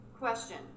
Question